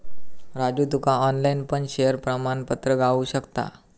राजू तुका ऑनलाईन पण शेयर प्रमाणपत्र गावु शकता